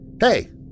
Hey